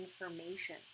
information